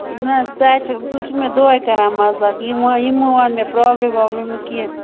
نہ ژے چھِ ژٕ چھُکھ مےٚ دۄہَے کران مزاق یہِ مہٕ یہِ مہٕ وَن مےٚ پرٛابلِم وابلِم کیٚنہہ